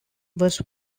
was